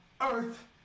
earth